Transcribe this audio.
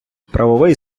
правовий